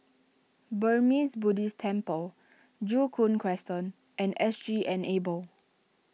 Burmese Buddhist Temple Joo Koon Crescent and S G Enable